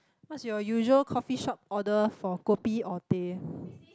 what's your usual coffee shop order for kopi or teh